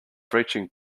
breaching